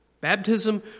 Baptism